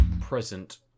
present